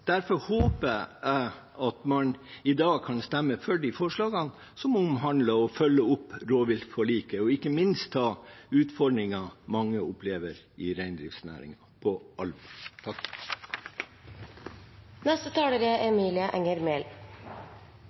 Derfor håper jeg at man i dag kan stemme for de forslagene som omhandler å følge opp rovviltforliket, og ikke minst ta utfordringene mange i reindriftsnæringen opplever, på alvor. Hvorfor er